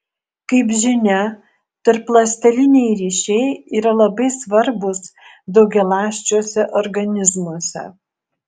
kaip žinia tarpląsteliniai ryšiai yra labai svarbūs daugialąsčiuose organizmuose